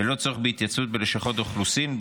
בלא צורך בהתייצבות בלשכות האוכלוסין,